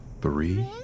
three